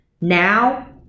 Now